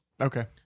Okay